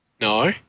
No